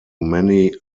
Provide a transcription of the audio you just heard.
many